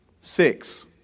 Six